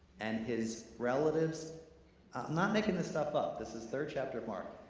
and his relatives i'm not makin' this stuff up, this is third chapter, mark.